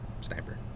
sniper